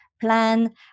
plan